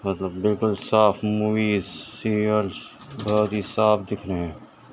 مطلب بالکل صاف موویز سیریلس بہت ہی صاف دکھ رہے ہیں